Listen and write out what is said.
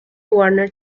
warner